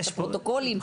את הפרוטוקולים?